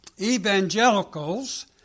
evangelicals